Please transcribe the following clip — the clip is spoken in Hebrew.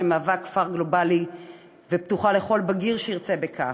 שמהווה כפר גלובלי ופתוחה לכל בגיר שירצה בכך,